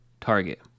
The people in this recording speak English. Target